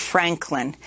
Franklin